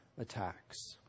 attacks